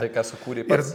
tai ką sukūrei pats